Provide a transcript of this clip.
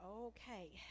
okay